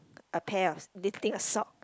a pair of knitting a sock